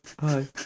Hi